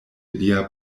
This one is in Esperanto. lia